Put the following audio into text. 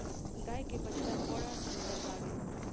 गाय के बछड़ा बड़ा सुंदर बावे